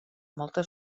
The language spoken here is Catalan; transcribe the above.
molta